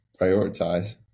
prioritize